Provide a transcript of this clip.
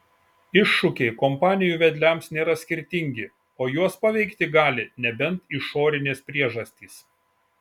iššūkiai kompanijų vedliams nėra skirtingi o juos paveikti gali nebent išorinės priežastys